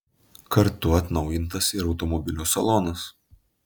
kartu atnaujintas ir automobilio salonas